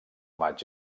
maig